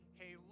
hey